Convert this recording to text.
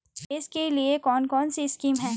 निवेश के लिए कौन कौनसी स्कीम हैं?